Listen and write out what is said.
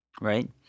right